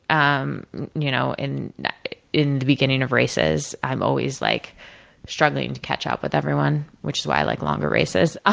um you know in in the beginning of races i'm always like struggling to catch up with everyone, which is why i like longer races. ah